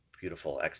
beautiful